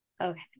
Okay